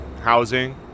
housing